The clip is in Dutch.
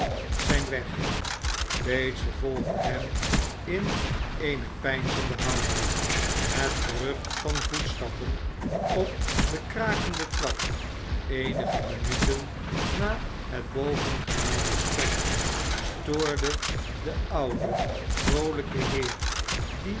zijn weg bates volgde hem in eene peinzende houding het gerucht van voetstappen op de krakende trap eenige minuten na het bovengemeld gesprek stoorde den ouden vroolijken heer